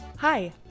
Hi